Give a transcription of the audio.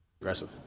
Aggressive